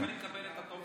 איך אני מקבל את הטופס?